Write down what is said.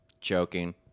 Choking